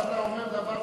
אבל אתה אומר דבר,